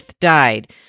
died